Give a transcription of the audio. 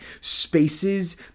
spaces